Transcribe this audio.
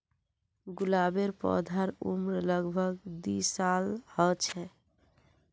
गुलाबेर पौधार उम्र लग भग दी साल ह छे